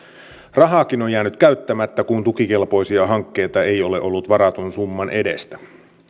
rahaakin on jäänyt käyttämättä kun tukikelpoisia hankkeita ei ole ollut varatun summan edestä